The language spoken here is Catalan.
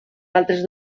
altres